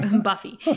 Buffy